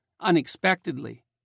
unexpectedly